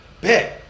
Bet